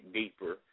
deeper